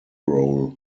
role